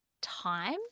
time